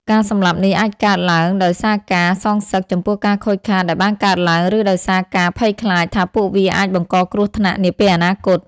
ការសម្លាប់នេះអាចកើតឡើងដោយសារការ សងសឹក ចំពោះការខូចខាតដែលបានកើតឡើង ឬដោយសារការ ភ័យខ្លាច ថាពួកវាអាចបង្កគ្រោះថ្នាក់នាពេលអនាគត។